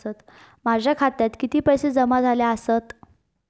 माझ्या खात्यात किती पैसे जमा झाले आसत?